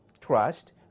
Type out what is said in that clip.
trust